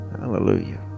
Hallelujah